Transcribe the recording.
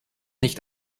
nicht